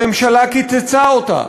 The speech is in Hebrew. הממשלה קיצצה אותה.